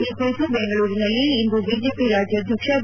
ಈ ಕುರಿತು ಬೆಂಗಳೂರಿನಲ್ಲಿ ಇಂದು ಬಿಜೆಪಿ ರಾಜ್ಯಾಧ್ಯಕ್ಷ ಬಿ